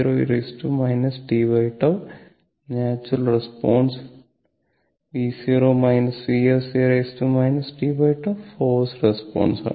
v0 e tτ natural response e tτ forced response ആണ്